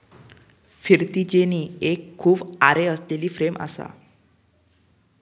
फिरती जेनी एक खूप आरे असलेली फ्रेम असा